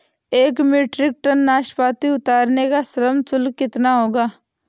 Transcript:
एक metric ton नाशपाती उतारने का श्रम शुल्क कितना होगा?